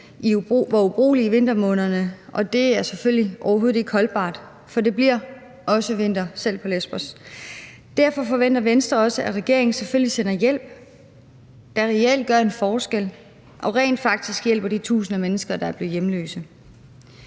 var ubrugelige i vintermånederne, og det er selvfølgelig overhovedet ikke holdbart, for det bliver også vinter, selv på Lesbos. Derfor forventer Venstre også, at regeringen selvfølgelig sender hjælp, der reelt gør en forskel og rent faktisk hjælper de tusinder af mennesker, der er blevet hjemløse.